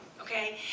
okay